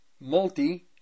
multi